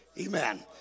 amen